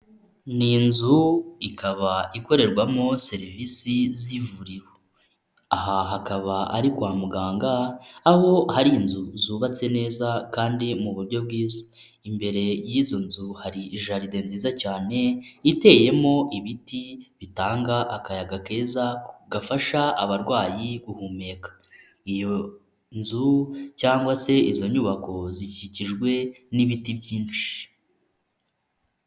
Ni inzu ikaba ikorerwamo serivisi z'ivuririro, aha hakaba ari kwa muganga aho hari inzu zubatse neza kandi mu buryo bwiza, imbere y'izo nzu hari jaride nziza cyane iteyemo ibiti bitanga akayaga keza gafasha abarwayi guhumeka, iyo nzu cyangwa se izo nyubako zikikijwe n'ibiti byinshi.